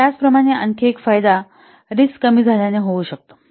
तर त्याचप्रमाणे आणखी एक फायदा रिस्क कमी झाल्याने होऊ शकतो